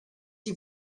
die